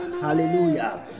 Hallelujah